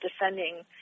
defending